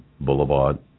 boulevard